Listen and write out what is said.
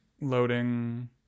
Loading